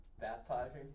baptizing